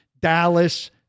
Dallas –